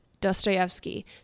Dostoevsky